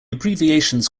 abbreviations